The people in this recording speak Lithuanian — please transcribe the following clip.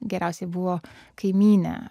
geriausiai buvo kaimynė